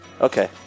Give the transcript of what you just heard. Okay